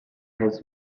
has